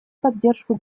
поддержку